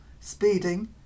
speeding